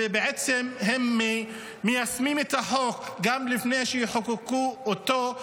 ובעצם הם מיישמים את החוק גם לפני שיחוקקו אותו.